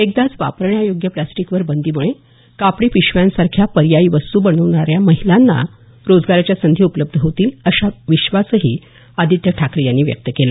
एकदाच वापरण्यायोग्य प्लास्टिकवर बंदीमुळे कापडी पिशव्यांसारख्या पर्यायी वस्तू बनवणाऱ्या महिलांना रोजगाराच्या संधी उपलब्ध होतील असा विश्वासही आदित्य ठाकरे यांनी व्यक्त केला